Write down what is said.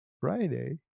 Friday